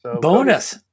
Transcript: Bonus